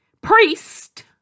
priest